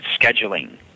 scheduling